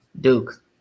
Duke